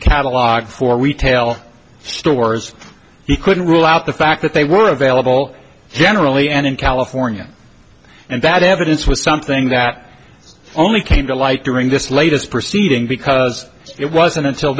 catalog for retail stores he couldn't rule out the fact that they were available generally and in california and that evidence was something that only came to light during this latest proceeding because it wasn't until